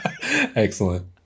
excellent